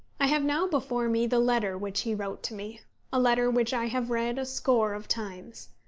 i have now before me the letter which he wrote to me a letter which i have read a score of times.